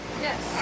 yes